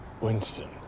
Winston